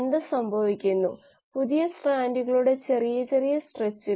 ഇത് ഉൽപാദിപ്പിക്കുമ്പോൾ അളവ് ഏകദേശം 15 ശതമാനം മാത്രമായിരുന്നു